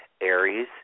aries